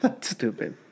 Stupid